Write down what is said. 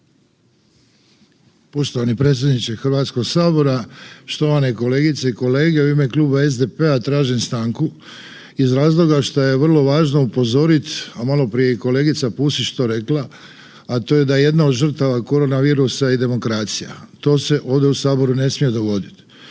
Poštovani predsjedniče Hrvatskog sabora, štovane kolegice i kolege u ime Kluba SDP-a tažim stanku iz razloga što je vrlo važno upozoriti, a malo prije je i kolegica Pusić to rekla, a to je da jedna od žrtava korona virusa je i demokracija. To se ovdje u saboru ne smije dogoditi.